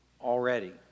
already